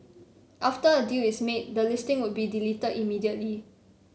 after a deal is made the listing would be deleted immediately